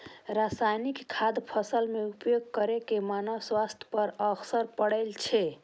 रासायनिक खादक फसल मे उपयोग करै सं मानव स्वास्थ्य पर असर पड़ै छै